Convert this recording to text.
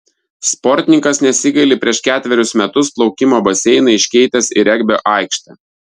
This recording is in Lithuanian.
sportininkas nesigaili prieš ketverius metus plaukimo baseiną iškeitęs į regbio aikštę